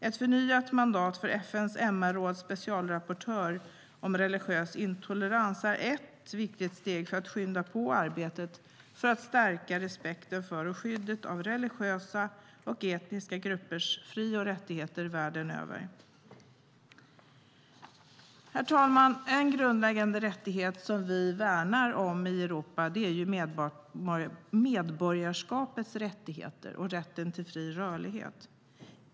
Ett förnyat mandat för FN:s MR-råds specialrapportör om religiös intolerans är ett viktigt steg för att skynda på arbetet med att stärka respekten för och skyddet av religiösa och etniska gruppers fri och rättigheter världen över. Herr talman! En grundläggande rättighet som vi värnar om i Europa är medborgarskapets rättigheter och rätten till fri rörlighet.